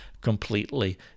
completely